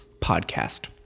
podcast